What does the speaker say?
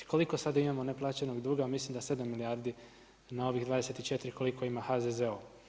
Koliko sada imamo neplaćenog duga, mislim da 7 milijardi na ovih 24 koliko ima HZZO?